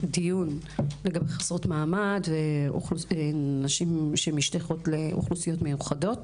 דיון לגבי חסרות מעמד ונשים שמשתייכות לאוכלוסיות מיוחדות,